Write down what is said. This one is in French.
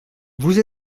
vous